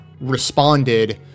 responded